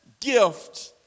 gift